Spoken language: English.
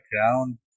ground